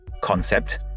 concept